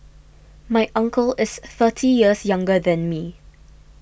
my uncle is thirty years younger than me